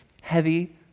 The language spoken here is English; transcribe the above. heavy